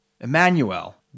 Emmanuel